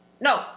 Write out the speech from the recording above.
No